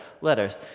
letters